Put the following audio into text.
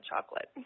chocolate